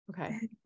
Okay